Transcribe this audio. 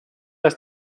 ist